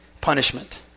punishment